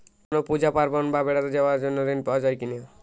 কোনো পুজো পার্বণ বা বেড়াতে যাওয়ার জন্য ঋণ পাওয়া যায় কিনা?